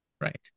Right